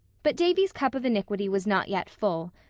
but davy's cup of iniquity was not yet full.